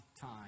time